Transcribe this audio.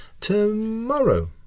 tomorrow